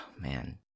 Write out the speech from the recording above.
man